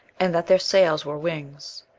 and that their sails were wings.